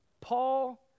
Paul